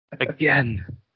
Again